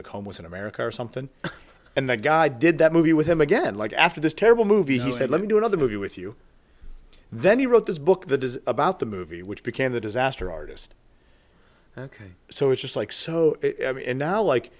like home was in america or something and the guy did that movie with him again like after this terrible movie he said let me do another movie with you then he wrote this book the does about the movie which became the disaster artist ok so it's just like so now like